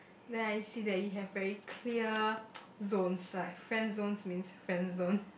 then I see that you have very clear zones like friend zones means friend zone